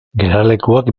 geralekuak